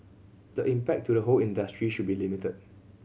the impact to the whole industry should be limited